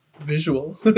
visual